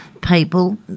people